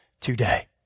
today